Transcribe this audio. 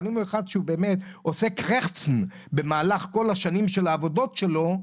אבל אם הוא אחד שהוא באמת עושה חריקות במהלך כל השנים של העבודות שלו,